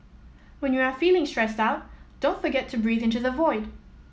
when you are feeling stressed out don't forget to breathe into the void